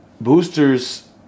boosters